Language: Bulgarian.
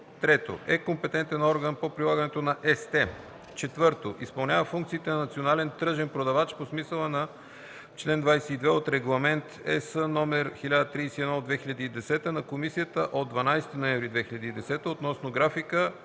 3. е компетентен орган по прилагането на ЕСТЕ; 4. изпълнява функциите на национален тръжен продавач по смисъла на чл. 22 от Регламент (ЕС) № 1031/2010 на Комисията от 12 ноември 2010 г. относно графика,